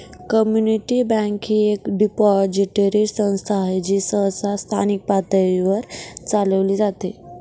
community bank ही एक depository संस्था आहे जी सहसा स्थानिक पातळीवर चालविली जाते